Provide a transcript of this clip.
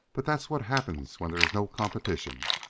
but that's what happens when there is no competition.